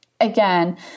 Again